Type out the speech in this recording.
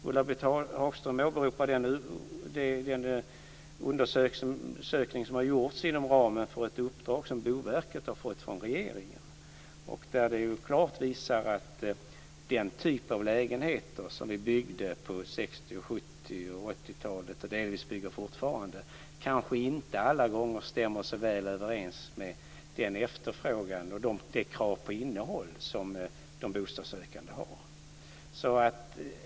Ulla-Britt Hagström åberopar den undersökning som har gjorts inom ramen för ett uppdrag som Boverket har fått från regeringen. Där visas det klart att den typ av lägenheter som vi byggde på 60-, 70 och 80-talen, och delvis bygger fortfarande, kanske inte alla gånger stämmer så väl överens med den efterfrågan och de krav på innehåll som de bostadssökande har.